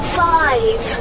five